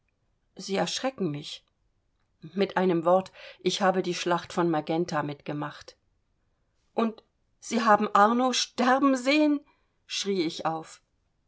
sie erschrecken mich mit einem wort ich habe die schlacht von magenta mitgemacht und sie haben arno sterben sehen schrie ich auf